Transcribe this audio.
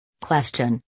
Question